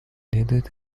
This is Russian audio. следует